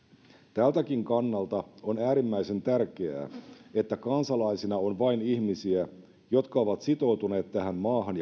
tältäkin kannalta on äärimmäisen tärkeää että kansalaisina on vain ihmisiä jotka ovat sitoutuneet tähän maahan